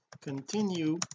continue